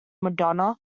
madonna